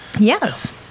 Yes